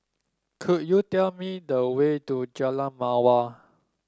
could you tell me the way to Jalan Mawar